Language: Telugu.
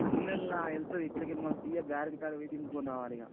ఇన్నేళ్ళ వెళ్తుంది ఇట్లకెళ్ళి మల్లా సీదా బ్యారేజీ కాడకి పోయి దింపుకొని రావాలిక